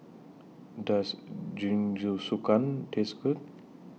Does Jingisukan Taste Good